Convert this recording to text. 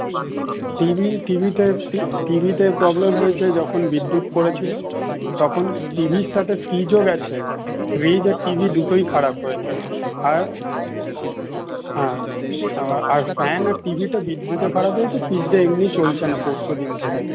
TV টিভিতে টিভিতে problem হয়েছে যখন বিদ্যুৎ পড়েছিল তখন টিভির সঙ্গে ফ্রিজও গেছে ফ্রিজ আর টিভি দুটোই খারাপ হয়েছে আর হ্যাঁ আর আর ফ্যান আর টিভি তো বিদ্যুৎে খারাপ হয়েছে ফ্রিজটা এমনিই চলছেনা পরশুদিন থেকে